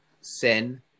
sin